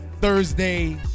Thursday